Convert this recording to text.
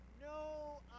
no